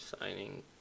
signing